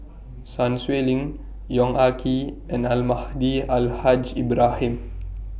Sun Xueling Yong Ah Kee and Almahdi Al Haj Ibrahim